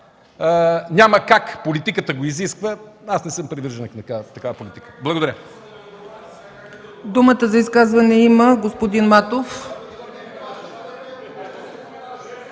няма как – политиката го изисква”. Аз не съм привърженик на такава политика. Благодаря.